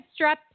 strep